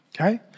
Okay